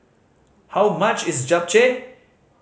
how much is Japchae